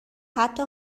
حتا